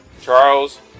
Charles